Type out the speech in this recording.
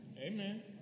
Amen